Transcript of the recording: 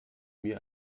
mir